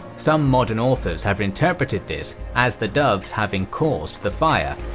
some modern authors have interpreted this as the doves having caused the fire,